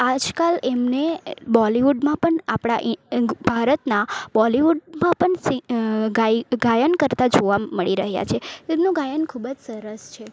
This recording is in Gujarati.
આજકાલ એમને બોલીવુડમાં પણ આપણા ભારતમાં બોલીવુડમાં પણ ગાયન કરતા જોવા મળી રહ્યા છે તેમનું ગાયન ખૂબ જ સરસ છે